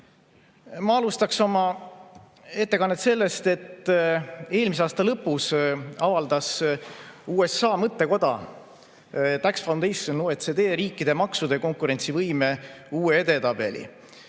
Ma alustan oma ettekannet sellest, et eelmise aasta lõpus avaldas USA mõttekoda Tax Foundation OECD riikide maksu[süsteemide] konkurentsivõime kohta